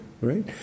right